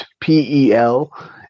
P-E-L